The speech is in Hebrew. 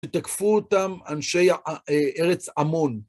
ותקפו אותם אנשי ארץ עמון.